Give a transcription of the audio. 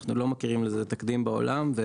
אנחנו לא מכירים לזה תקדים בעולם.